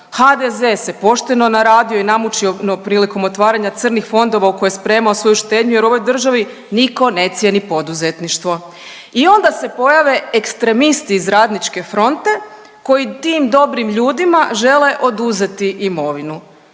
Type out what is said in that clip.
HDZ se pošteno naradio i namučio prilikom otvaranja crnih fondova u koje je spremao svoju štednju jer u ovoj državi nitko ne cijeni poduzetništvo. I onda se pojave ekstremisti iz Radničke fronte koji tim dobrim ljudima žele oduzeti imovinu,